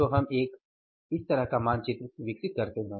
तो हम एक तरह का मानचित्र विकसित करते हैं